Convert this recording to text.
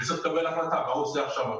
הוא צריך לקבל החלטה מה הוא עושה עכשיו.